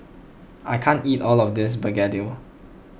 I can't eat all of this Begedil